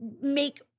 make